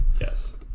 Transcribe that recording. yes